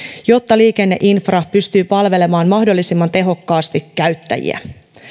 jotta liikenneinfra pystyy palvelemaan mahdollisimman tehokkaasti käyttäjiä